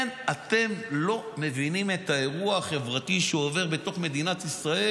אתם לא מבינים את האירוע החברתי שעובר בתוך מדינת ישראל.